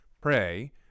pray